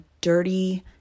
dirty